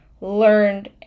learned